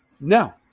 No